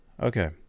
okay